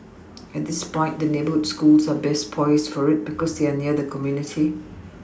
at this point the neighbourhood schools are best poised for it because they are near the community